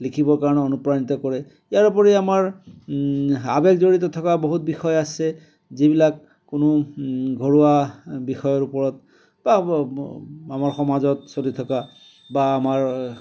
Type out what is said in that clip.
লিখিবৰ কাৰণে অনুপ্ৰাণিত কৰে ইয়াৰোপৰি আমাৰ আবেগ জড়িত থকা বহুত বিষয় আছে যিবিলাক কোনো ঘৰুৱা বিষয়ৰ ওপৰত বা আমাৰ সমাজত চলি থকা বা আমাৰ